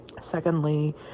Secondly